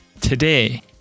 Today